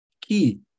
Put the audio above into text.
key